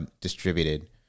distributed